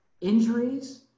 injuries